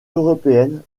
européenne